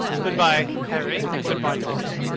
good-bye, harry. good-bye, dorian.